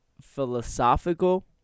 philosophical